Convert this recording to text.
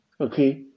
Okay